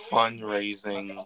Fundraising